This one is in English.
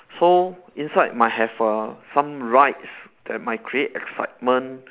so inside might have uh some rides that might create excitement